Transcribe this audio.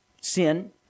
sin